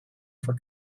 for